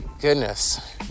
goodness